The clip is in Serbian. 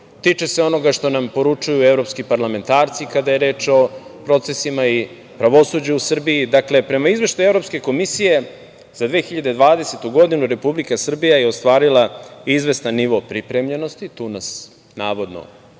tiče se onoga šta nam poručuju evropski parlamentarci kada je reč o procesima i pravosuđu u Srbiji. Dakle, prema Izveštaju Evropske komisije za 2020. godinu Republika Srbija je ostvarila izvestan nivo pripremljenosti, tu nas navodno